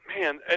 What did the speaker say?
Man